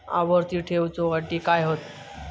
आवर्ती ठेव च्यो अटी काय हत?